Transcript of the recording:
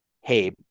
Hey